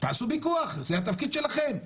תעשו פיקוח, זה התפקיד שלכם.